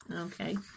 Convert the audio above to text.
Okay